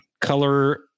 color